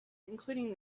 including